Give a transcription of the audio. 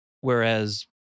whereas